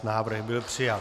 Návrh byl přijat.